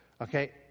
Okay